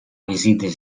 visites